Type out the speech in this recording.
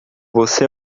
você